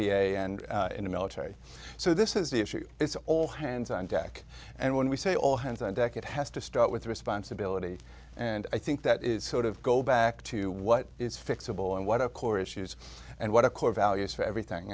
a and in the military so this is the issue it's all hands on deck and when we say all hands on deck it has to start with responsibility and i think that is sort of go back to what is fixable and what a core issues and what a core values for everything